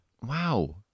Wow